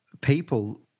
people